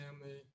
family